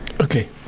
okay